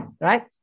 right